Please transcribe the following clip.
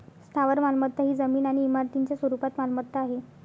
स्थावर मालमत्ता ही जमीन आणि इमारतींच्या स्वरूपात मालमत्ता आहे